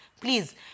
please